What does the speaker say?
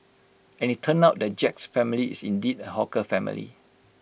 and IT turned out that Jack's family is indeed A hawker family